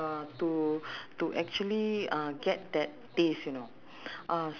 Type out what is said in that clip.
of course uh you know right that prawn noodle although it's prawn noodle eh